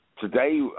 Today